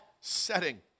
setting